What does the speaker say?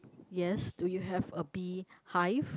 yes do you have a bee hive